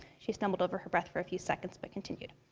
she stumbled over her breath for a few seconds, but continued,